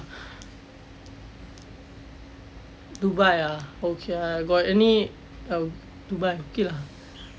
dubai ah okay lah got any um dubai okay lah